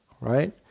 right